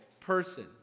person